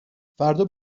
فردا